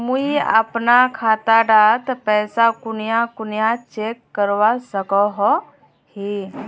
मुई अपना खाता डात पैसा कुनियाँ कुनियाँ चेक करवा सकोहो ही?